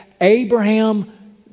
Abraham